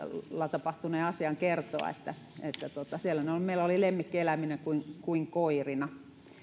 tapahtuneen asian voi kertoa siellä ne meillä olivat lemmikkieläiminä kuin kuin koirina